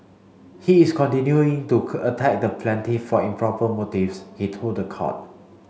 he is continuing to attack the plaintiff for improper motives he told the court